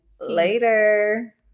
Later